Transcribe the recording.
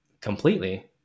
completely